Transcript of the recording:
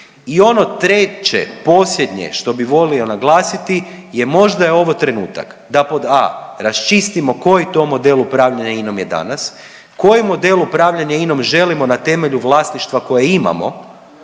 I ono treće posljednje što bi volio naglasiti je možda je ovo trenutak da pod a) raščistimo koji to model upravljanja Inom je danas, koji model upravljanja Inom želimo na temelju vlasništva koje imamo,